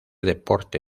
deporte